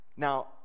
Now